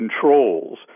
controls